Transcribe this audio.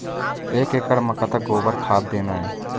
एक एकड़ म कतक गोबर खाद देना ये?